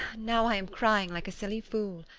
now i am crying like a silly fool,